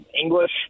English